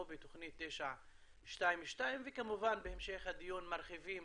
בתוכנית 922 וכמובן בהמשך הדיון מרחיבים